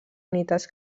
unitats